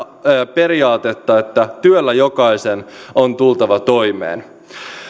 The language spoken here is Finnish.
periaatetta että työllä jokaisen on tultava toimeen